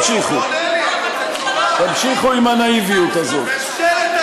תמשיך לתת, תמשיך לתת לאנשים האלה, אורי אריאל,